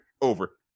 over